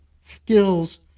skills